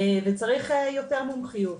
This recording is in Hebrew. וצריך יותר מומחיות.